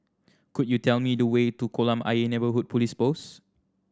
could you tell me the way to Kolam Ayer Neighbourhood Police Post